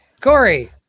Corey